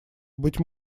быть